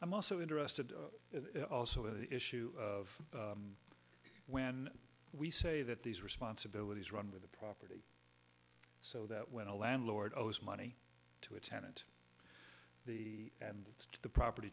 i'm also interested in also the issue of when we say that these responsibilities run with the property so that when a landlord owes money to a tenant the and the property